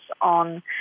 on